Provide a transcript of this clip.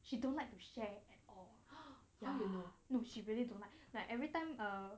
she don't like to share or !wah! no she really don't like everytime err